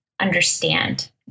understand